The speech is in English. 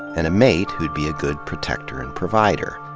and a mate who'd be a good protector and provider.